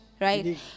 right